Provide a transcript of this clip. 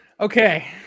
Okay